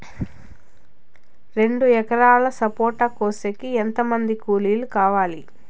రెండు ఎకరాలు సపోట కోసేకి ఎంత మంది కూలీలు కావాలి?